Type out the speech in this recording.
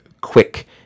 quick